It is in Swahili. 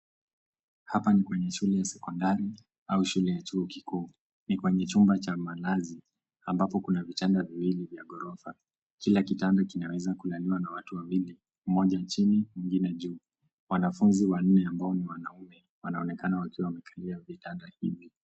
Hapa ni kwenye shule ya sekondari au shule ya chuo kikuu. Ni kwenye chumba cha malazi ambapo kuna vitanda viwili vya ghorofa. Kila kitanda kinaweza kulaliwa na watu wawili, mmoja chini ,mwingine juu. Wanafunzi wanne ambao ni wanaume wanaonekana wakiwa wamekalia vitanda hivi.